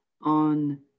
on